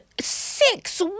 six